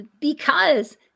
because-